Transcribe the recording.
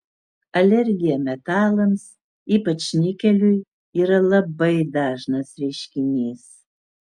alergija metalams ypač nikeliui yra labai dažnas reiškinys